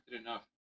enough